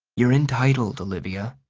you're entitled, olivia.